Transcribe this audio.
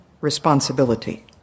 responsibility